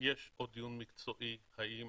יש פה דיון מקצועי האם